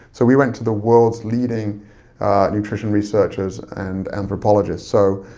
so we went to the world's leading nutrition researchers and anthropologists. so,